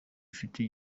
ufite